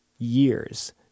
years